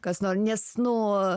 kas nori nes nu